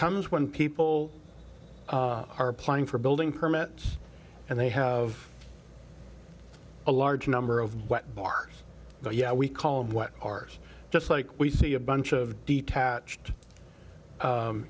comes when people are applying for building permits and they have a large number of what bars oh yeah we called what ours just like we see a bunch of detached